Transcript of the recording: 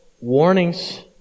warnings